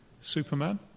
Superman